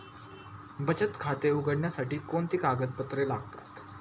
बचत खाते उघडण्यासाठी कोणती कागदपत्रे लागतात?